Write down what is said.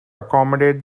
accommodate